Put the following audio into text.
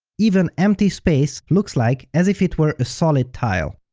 even empty space looks like as if it were a solid tile.